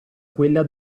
quella